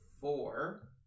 four